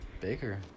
Baker